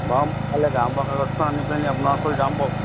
বাৰু এইফালে গাঁওবুঢ়াৰ কাগজখন আনি পিনি আপোনাৰ ওচৰলৈ যাম বাৰু